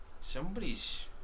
somebody's